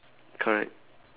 correct